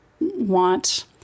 want